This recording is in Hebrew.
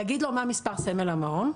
להגיד לו מה מספר סמל המעון,